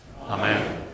Amen